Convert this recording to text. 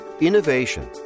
innovation